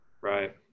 Right